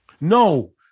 No